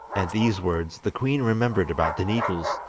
at these words the queen remembered about the needles.